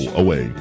away